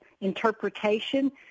interpretation